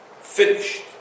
finished